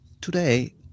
Today